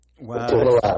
Wow